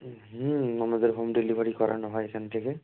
হুম আমাদের home delivery করানো হয় এখান থেকে